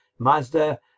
Mazda